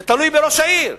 זה תלוי בראש העיר.